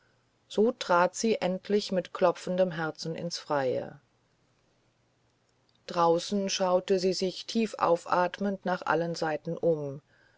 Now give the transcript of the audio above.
so trat sie endlich mit klopfendem herzen ins freie draußen schaute sie sich tiefaufatmend nach allen seiten um